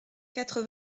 quatre